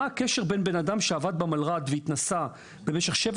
מה הקשר בין אדם שעבד במלר"ד והתנסה במשך שבע